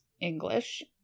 English